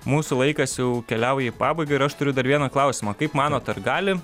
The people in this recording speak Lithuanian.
mūsų laikas jau keliauja į pabaigą ir aš turiu dar vieną klausimą kaip manot ar gali